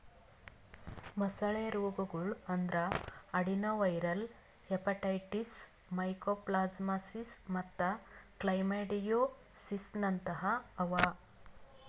ಮೊಸಳೆ ರೋಗಗೊಳ್ ಅಂದುರ್ ಅಡೆನೊವೈರಲ್ ಹೆಪಟೈಟಿಸ್, ಮೈಕೋಪ್ಲಾಸ್ಮಾಸಿಸ್ ಮತ್ತ್ ಕ್ಲಮೈಡಿಯೋಸಿಸ್ನಂತಹ ಅವಾ